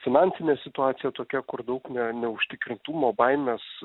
finansinė situacija tokia kur daug neužtikrintumo baimės